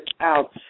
out